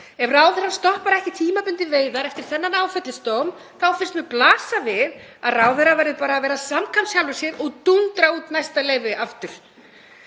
Ef ráðherra stoppar ekki tímabundið veiðar eftir þennan áfellisdóm finnst mér blasa við að ráðherra verði bara að vera samkvæm sjálfri sér og dúndra út næsta leyfi aftur.